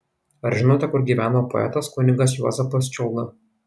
ar žinote kur gyveno poetas kunigas juozapas čiulda